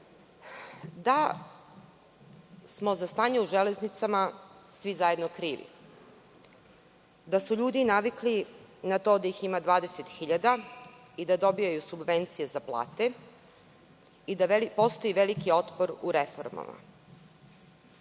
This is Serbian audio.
da smo za stanje u Železnicama svi zajedno krivi, da su ljudi navikli na to da ih ima 20.000 i da dobijaju subvencije za plate i da postoji veliki otpor u reformama.